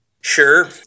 Sure